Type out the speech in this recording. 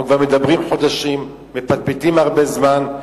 אנחנו כבר מדברים חודשים, מפטפטים הרבה זמן.